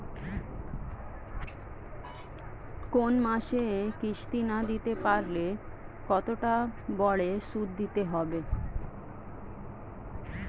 কোন মাসে কিস্তি না দিতে পারলে কতটা বাড়ে সুদ দিতে হবে?